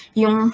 yung